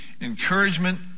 Encouragement